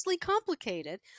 complicated